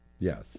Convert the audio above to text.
Yes